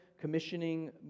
commissioning